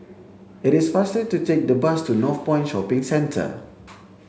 it is faster to take the bus to Northpoint Shopping Centre